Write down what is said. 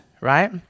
right